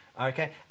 Okay